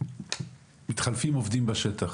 כשמתחלפים עובדים בשטח,